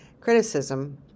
criticism